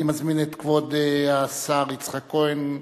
אני מזמין את כבוד השר יצחק כהן,